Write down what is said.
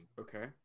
Okay